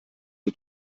den